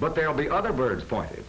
but there are the other birds pointed